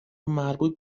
مربوط